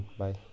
bye